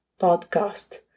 Podcast